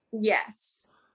Yes